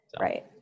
Right